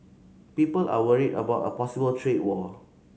people are worried about a possible trade war